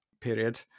period